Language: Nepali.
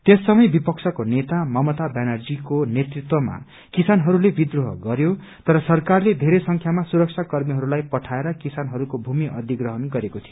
त्यस समय विपक्षको नेता ममता ब्यानर्जीको नेतृत्वमा किसानहरूले विद्रोह गरयो तर सरकारले येरै संख्यामा सुरक्षा कर्मीहरूलाई पठाएर किसानहरूको भूमि अधिप्रहण गरेको थियो